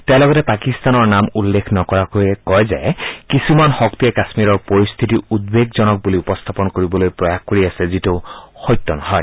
তেওঁ লগতে পাকিস্তানৰ নাম উল্লেখ নকৰাকৈয়ে কয় যে কিছুমান শক্তিয়ে কাশ্মীৰৰ পৰিস্থিতি উদ্বেগজনক বুলি উপস্থাপন কৰিবলৈ প্ৰয়াস কৰি আছে যিটো সত্য নহয়